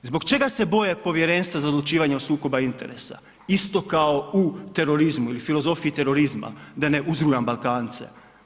Zbog čega se boje Povjerenstva za odlučivanje o sukobu interesa isto kao u terorizmu ili filozofiji terorizma, da ne uzrujam Balkance.